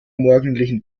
morgendlichen